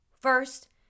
First